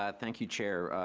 ah thank you, chair.